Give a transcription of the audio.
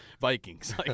Vikings